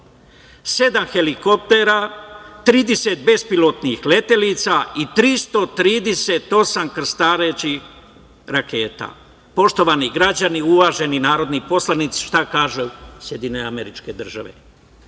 helikoptera, 30 bezpilotnih letelica i 338 krstarećih raketa. Poštovani građani, uvaženi narodni poslanici, šta kažu SAD? Institut za